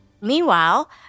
Meanwhile